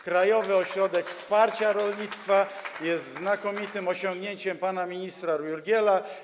Krajowy Ośrodek Wsparcia Rolnictwa jest znakomitym osiągnięciem pana ministra Jurgiela.